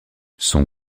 son